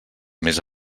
més